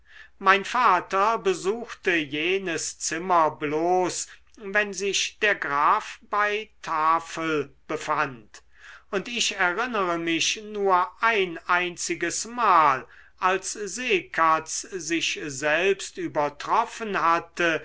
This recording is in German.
mein vater besuchte jenes zimmer bloß wenn sich der graf bei tafel befand und ich erinnere mich nur ein einziges mal als seekatz sich selbst übertroffen hatte